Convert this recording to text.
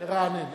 לרענן.